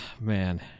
man